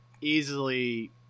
easily